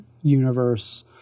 universe